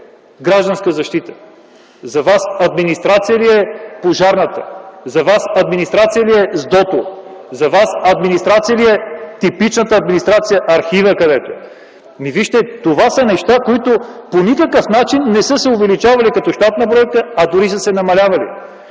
„Гражданска защита”, за Вас администрация ли е „Пожарната”, за Вас администрация ли е СДОТО? За Вас администрация ли е типичната администрация архивът, където е? Вижте, това са неща, които по никакъв начин не са се увеличавали като щатна бройка, а дори са се намалявали.